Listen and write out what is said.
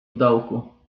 dołku